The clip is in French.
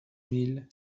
mille